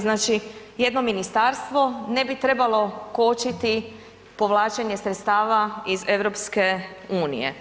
Znači jedno ministarstvo ne bi trebalo kočiti povlačenje sredstava iz EU.